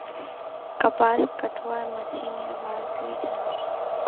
कपास कटवार मशीनेर बार तुई जान छि